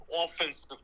offensive